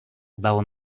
udało